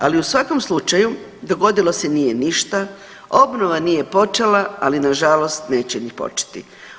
Ali u svakom slučaju dogodilo se nije ništa, obnova nije počela, ali nažalost neće ni početi.